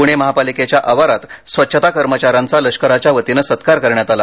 पूणे महापालिकेच्या आवारात स्वच्छता कर्मचाऱ्यांचा लष्कराच्यावतीने सत्कार करण्यात आला